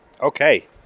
Okay